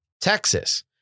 Texas